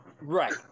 Right